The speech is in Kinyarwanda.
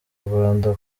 rwanda